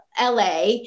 LA